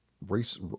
Race